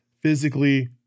physically